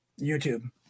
YouTube